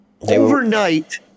Overnight